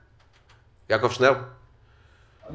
יעקב, אני